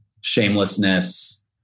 shamelessness